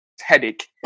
headache